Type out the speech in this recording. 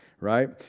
right